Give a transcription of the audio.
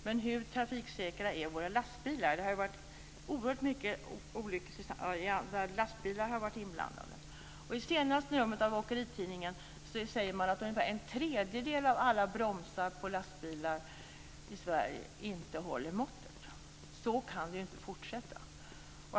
Men hur trafiksäkra är våra lastbilar? Det har varit oerhört mycket olyckor där lastbilar har varit inblandade. Och i senaste numret av åkeritidningen säger man att ungefär en tredjedel av alla bromsar på lastbilar i Sverige inte håller måttet. Så kan det inte fortsätta.